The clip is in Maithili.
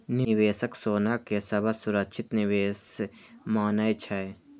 निवेशक सोना कें सबसं सुरक्षित निवेश मानै छै